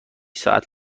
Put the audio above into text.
ساعت